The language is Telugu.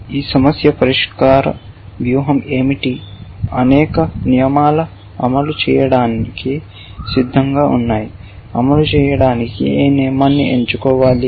మీ సమస్య పరిష్కార వ్యూహం ఏమిటి అనేక నియమాలు అమలు చేయడానికి సిద్ధంగా ఉన్నాయి అమలు చేయడానికి ఏ నియమాన్ని ఎంచుకోవాలి